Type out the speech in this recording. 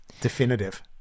definitive